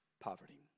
poverty